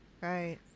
Right